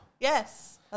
Yes